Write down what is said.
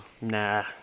Nah